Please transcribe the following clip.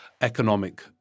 economic